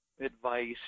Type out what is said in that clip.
advice